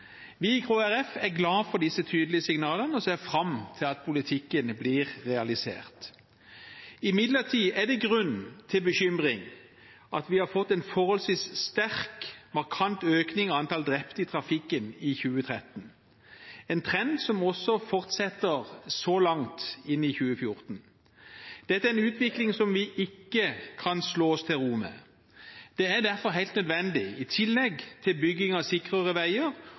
i Kristelig Folkeparti er glad for disse tydelige signalene og ser fram til at politikken blir realisert. Det er imidlertid grunn til bekymring når vi i 2013 fikk en forholdsvis sterk, markant økning av antall drepte i trafikken, en trend som – så langt – fortsetter inn i 2014. Dette er en utvikling som vi ikke kan slå oss til ro med. Det er derfor helt nødvendig, i tillegg til bygging av sikrere veier,